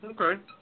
Okay